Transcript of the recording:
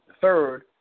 Third